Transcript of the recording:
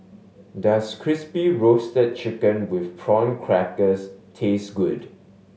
does Crispy Roasted Chicken with Prawn Crackers taste good